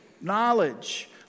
knowledge